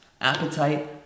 appetite